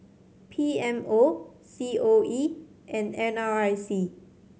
P M O C O E and N R I C